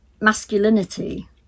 masculinity